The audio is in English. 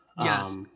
Yes